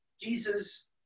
Jesus